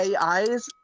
AIs